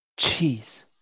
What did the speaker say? Jeez